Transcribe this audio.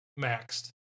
maxed